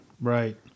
right